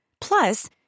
Plus